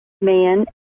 man